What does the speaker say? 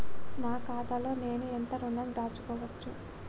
నా ఖాతాలో నేను ఎంత ఋణం దాచుకోవచ్చు?